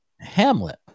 Hamlet